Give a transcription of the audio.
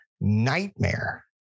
nightmare